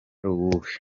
uwuhe